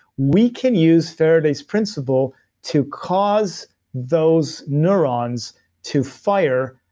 we can use faraday's principle to cause those neurons to fire.